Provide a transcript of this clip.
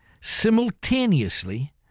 simultaneously